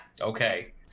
okay